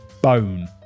bone